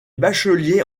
bachelier